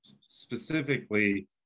specifically